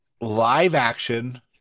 live-action